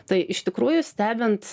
tai iš tikrųjų stebint